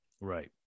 Right